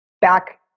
back